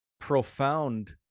profound